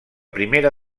primera